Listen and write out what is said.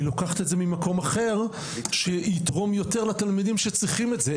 היא לוקחת את זה ממקום אחר שיתרום יותר לתלמידים שצריכים את זה.